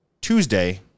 Tuesday